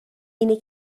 اینه